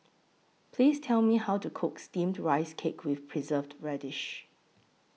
Please Tell Me How to Cook Steamed Rice Cake with Preserved Radish